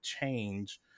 change